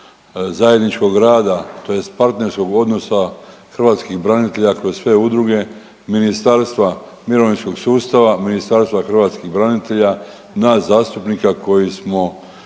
zajedničkog rada tj. partnerskog odnosa hrvatskih branitelja kroz sve udruge, ministarstva, mirovinskog sustava, Ministarstva hrvatskih branitelja, nas zastupnika koji smo